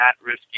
at-risk